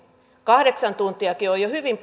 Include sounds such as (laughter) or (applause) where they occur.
kahdeksan tuntiakin on jo hyvin (unintelligible)